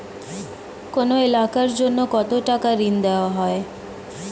কোন এলাকার জন্য কত টাকা ঋণ দেয়া হয়?